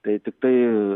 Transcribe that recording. tai tiktai